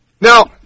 Now